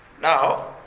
Now